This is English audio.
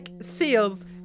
seals